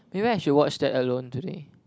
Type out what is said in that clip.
maybe I should watch that alone today